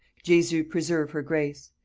jesu preserve her grace!